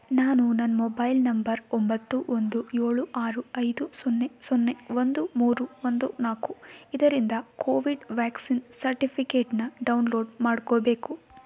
ನಾನು ನನ್ನ mobile number ಒಂಬತ್ತು ಒಂದು ಏಳು ಆರು ಐದು ಸೊನ್ನೆ ಸೊನ್ನೆ ಒಂದು ಮೂರು ಒಂದು ನಾಲ್ಕು ಇದರಿಂದ ಕೋವಿಡ್ ವ್ಯಾಕ್ಸಿನ್ ಸರ್ಟಿಫಿಕೇಟನ್ನು ಡೌನ್ಲೋಡ್ ಮಾಡ್ಕೋಬೇಕು